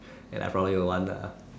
and I probably would want a